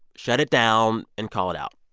shut it down and call it out.